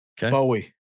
Bowie